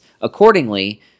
accordingly